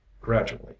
gradually